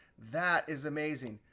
that is amazing.